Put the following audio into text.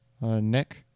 Nick